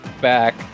back